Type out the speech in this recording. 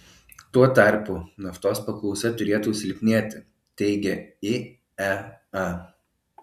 tuo tarpu naftos paklausa turėtų silpnėti teigia iea